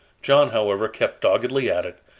john, however, kept doggedly at it,